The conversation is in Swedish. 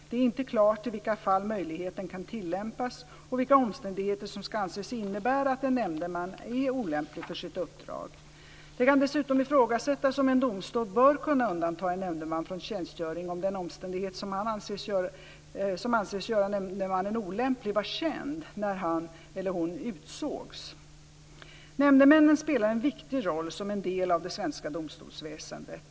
Det är inte klart i vilka fall möjligheten kan tillämpas och vilka omständigheter som ska anses innebära att en nämndeman är olämplig för sitt uppdrag. Det kan dessutom ifrågasättas om en domstol bör kunna undanta en nämndeman från tjänstgöring om den omständighet som anses göra nämndemannen olämplig var känd när han eller hon utsågs. Nämndemännen spelar en viktig roll som en del av det svenska domstolsväsendet.